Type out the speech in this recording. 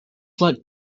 like